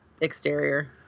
exterior